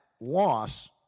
loss